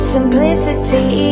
Simplicity